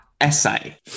essay